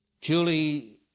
Julie